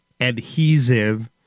adhesive